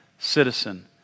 citizen